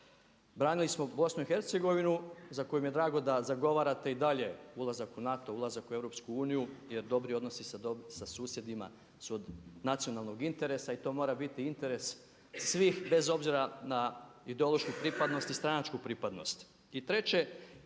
Branili smo BiH za koju mi je drago da zagovarate i dalje ulazak u NATO, ulazak u EU jer dobri odnosi sa susjedima su od nacionalnog interesa i to mora biti interes svih bez obzira na ideološku i stranačku pripadnost.